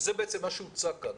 וזה בעצם מה שהוצג כאן.